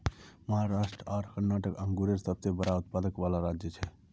महाराष्ट्र आर कर्नाटक अन्गुरेर सबसे बड़ा उत्पादक वाला राज्य छे